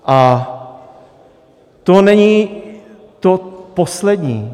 A to není to poslední.